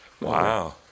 Wow